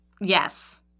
Yes